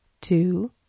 two